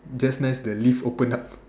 just nice the lift open up